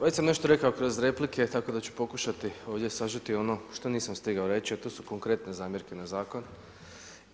Već sam nešto rekao kroz replike tako da ću pokušati ovdje sažeti ono što nisam stigao reći, a to su konkretne zamjerke na zakon